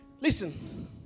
Listen